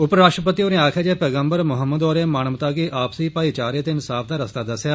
उप राष्ट्रपति होरें आक्खेआ जे पैगम्बर मोहम्मद होरें मानवता गी आपसी भाईचारे ते इंसाफ दा रस्ता दस्सेआ